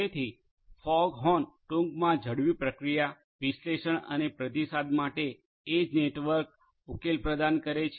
તેથી ફોગહોર્ન ટૂંકમાં ઝડપી પ્રક્રિયા વિશ્લેષણ અને પ્રતિસાદ માટે એજ નેટવર્ક ઉકેલ પ્રદાન કરે છે